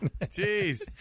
Jeez